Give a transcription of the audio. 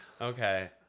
Okay